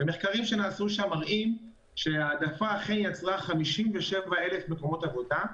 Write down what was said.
מחקרים שנעשו שם מראים שההעדפה אכן יצרה 57,000 מקומות עבודה,